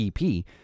EP